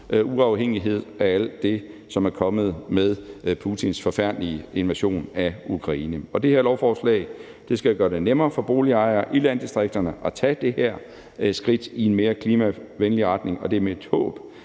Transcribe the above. uafhængighed af alt det, som er kommet med Putins forfærdelige invasion af Ukraine. Det her lovforslag skal gøre det nemmere for boligejere i landdistrikterne at tage et skridt i en mere klimavenlig retning, og det er mit håb,